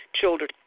children